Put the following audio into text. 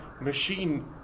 machine